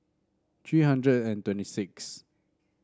three hundred and twenty six